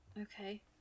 Okay